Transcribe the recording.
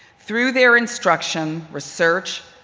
through their instruction, research,